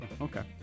Okay